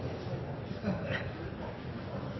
president?